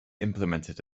implemented